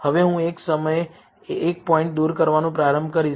હવે હું એક સમયે એક પોઇન્ટ દૂર કરવાનું પ્રારંભ કરીશ